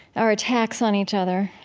our attacks on each other,